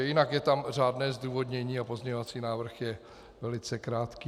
Jinak je tam řádné zdůvodnění a pozměňovací návrh je velice krátký.